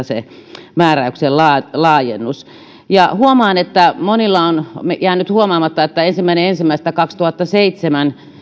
se määräyksen laajennus haetaan tuomioistuimesta huomaan että monilla on jäänyt huomaamatta että ensimmäinen ensimmäistä kaksituhattaseitsemän